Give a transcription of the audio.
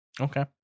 Okay